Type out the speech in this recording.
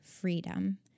freedom